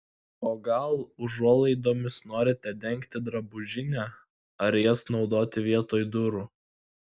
o gal užuolaidomis norite dengti drabužinę ar jas naudoti vietoj durų